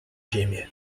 ziemię